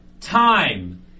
time